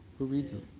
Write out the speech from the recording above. who reads them?